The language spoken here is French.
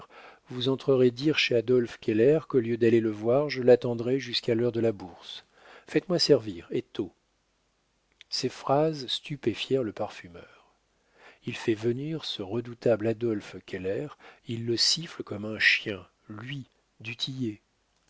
vous entrerez dire chez adolphe keller qu'au lieu d'aller le voir je l'attendrai jusqu'à l'heure de la bourse faites-moi servir et tôt ces phrases stupéfièrent le parfumeur il fait venir ce redoutable adolphe keller il le siffle comme un chien lui du